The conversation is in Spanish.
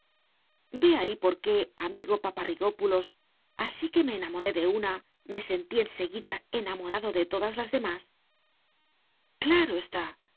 ve ahí por qué amigo paparrigópulos así que me enamoré de una me sentí enseguida enamorado de todas las demás claro está